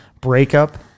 breakup